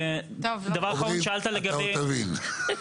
אתה עוד תבין.